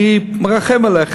אני מרחם עליך.